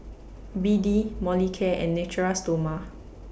B D Molicare and Natura Stoma